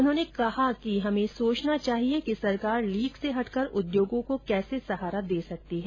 उन्होंने कहा कि हमें सोचना चाहिए कि सरकार लीक र्स हटकर उद्योगों को कैसे सहारा दे सकती है